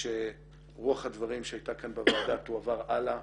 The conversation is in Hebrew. שרוח הדברים שהייתה כאן בוועדה תועבר הלאה.